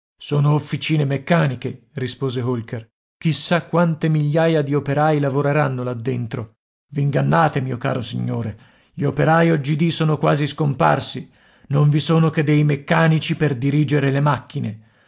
sono officine meccaniche rispose holker chissà quante migliaia di operai lavoreranno là dentro i ingannate mio caro signore gli operai oggidì sono quasi scomparsi non vi sono che dei meccanici per dirigere le macchine